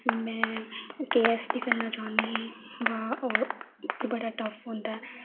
में केएएस बी करनां चाहन्नी ही ब ओह् बड़ा टफ होंदा ऐ